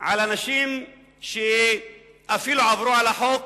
עם אנשים שאפילו עברו על החוק,